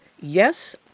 Yes